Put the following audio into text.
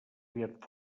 aviat